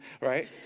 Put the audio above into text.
Right